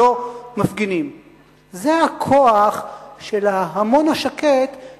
זה יכול להיות נכון לעובדים זרים,